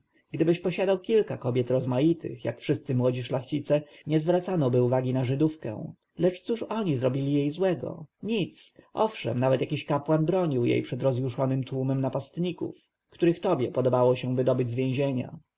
gdybyś posiadał kilka kobiet rozmaitych jak wszyscy młodzi szlachcice nie zwracanoby uwagi na żydówkę lecz cóż oni zrobili jej złego nic owszem nawet jakiś kapłan bronił jej przed rozjuszonym tłumem napastników których tobie podobało się wydobyć z więzienia